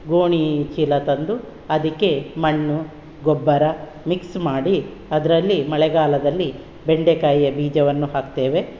ಗೋಣಿ ಚೀಲ ತಂದು ಅದಕ್ಕೆ ಮಣ್ಣು ಗೊಬ್ಬರ ಮಿಕ್ಸ್ ಮಾಡಿ ಅದರಲ್ಲಿ ಮಳೆಗಾಲದಲ್ಲಿ ಬೆಂಡೆಕಾಯಿಯ ಬೀಜವನ್ನು ಹಾಕ್ತೇವೆ